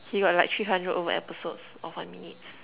he got like three hundred over episodes of one minutes